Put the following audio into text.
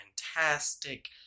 fantastic